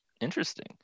Interesting